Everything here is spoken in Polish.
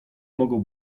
mogą